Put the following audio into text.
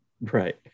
Right